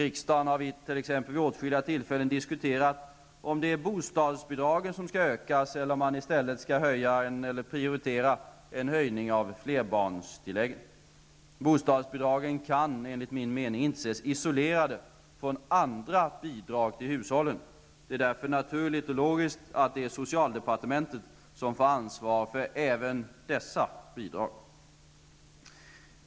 Riksdagen har t.ex. vid åtskilliga tillfällen diskuterat huruvida bostadsbidragen skall ökas eller höjningar av flerbarnstilläggen skall prioriteras. Bostadsbidragen kan enligt min mening inte ses isolerade från andra bidrag till hushållen. Det är därför naturligt och logiskt att socialdepartementet får ansvar för även dessa bidrag.